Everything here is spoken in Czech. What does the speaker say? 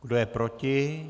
Kdo je proti?